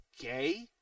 gay